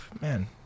man